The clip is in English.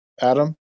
Adam